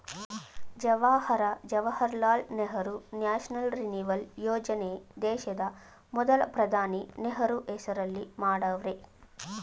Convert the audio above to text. Jawahar Jawaharlal Nehru national renewal ಯೋಜನೆ ದೇಶದ ಮೊದಲ ಪ್ರಧಾನಿ ನೆಹರು ಹೆಸರಲ್ಲಿ ಮಾಡವ್ರೆ